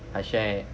I share